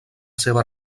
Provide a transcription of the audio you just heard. seva